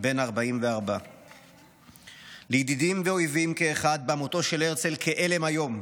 בן 44. לידידים ואויבים כאחד בא מותו של הרצל כהלם איום.